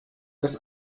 das